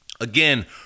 Again